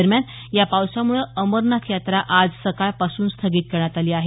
दरम्यान या पावसाम्ळं अमरनाथ यात्रा आज सकाळपासून स्थगित करण्यात आली आहे